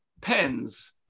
pens